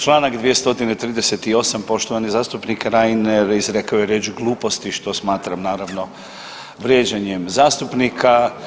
Članak 238., poštovani zastupnik Reiner izrekao je riječ gluposti što smatram naravno vrijeđanjem zastupnika.